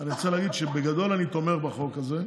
אני רוצה להגיד שבגדול אני תומך בחוק הזה.